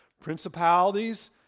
Principalities